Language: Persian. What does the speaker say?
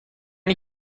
این